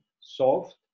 soft